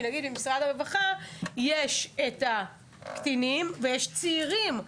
כי במשרד הרווחה יש את הקטינים, ויש צעירים.